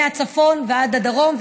מהצפון ועד הדרום,